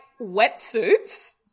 wetsuits